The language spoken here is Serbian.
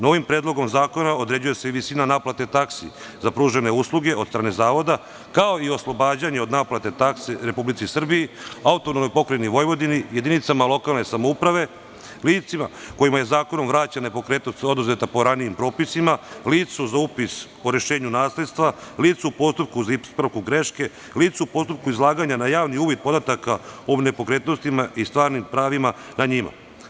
Novim predlogom zakona određuje se i visina naplate taksi za pružene usluge od strane zakona kao i oslobađanje od naplate taksi Republici Srbiji, AP Vojvodini, jedinicama lokalne samouprave, licima kojima je zakonom vraćena nepokretnost oduzeta po ranijim propisima, licu za upis o rešenju nasledstva, licu u postupku za ispravku grešku, licu u postupku izlaganja na javni uvid podataka o nepokretnostima i stvarnim pravima nad njima.